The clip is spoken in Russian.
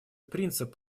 принцип